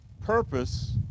Purpose